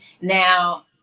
Now